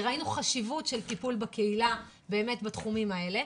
כי ראינו חשיבות של טיפול בקהילה בתחומים האלה,